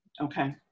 Okay